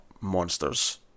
monsters